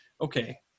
okay